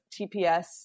tps